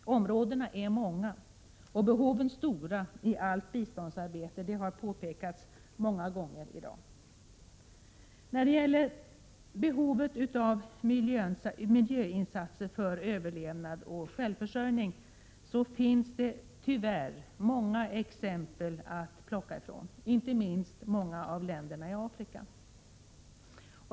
Områdena är många och behoven stora i allt biståndsarbete — det har påpekats många gånger i dag. När det gäller behovet av miljöinsatser för överlevnad och självförsörjning finns det tyvärr många exempel att välja bland, inte minst i länderna i Afrika.